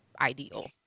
ideal